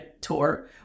tour